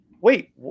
wait